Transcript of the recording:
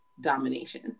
domination